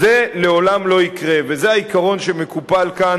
זה לעולם לא יקרה, וזה העיקרון שמקופל כאן,